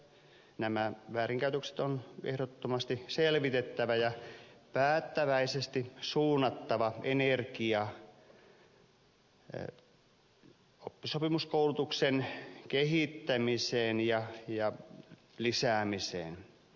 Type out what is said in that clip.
nämä väärinkäytökset on ehdottomasti selvitettävä ja päättäväisesti suunnattava energia oppisopimuskoulutuksen kehittämiseen ja lisäämiseen